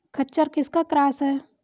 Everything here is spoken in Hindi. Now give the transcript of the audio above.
खच्चर किसका क्रास है?